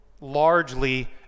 largely